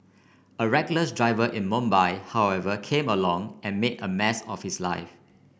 a reckless driver in Mumbai however came along and made a mess of his life